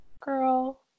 girl